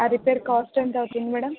ఆ repair cost ఎంత అవుతుంది మేడం